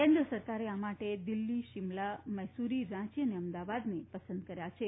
કેન્દ્ર સરકારે આ માટે દિલ્હી શીમલા મૈસુર રાંચી અને અમદાવાદને પસંદ કર્યા છે